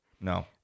no